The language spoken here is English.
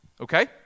okay